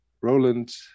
Roland